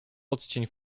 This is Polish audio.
odcień